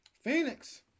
Phoenix